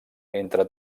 entre